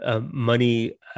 Money